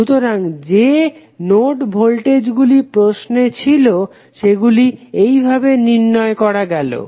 সুতরাং যে নোড ভোল্টেজগুলি প্রশ্নে ছিলো সেগুলি এইভাবে নির্ণয় করা গেলো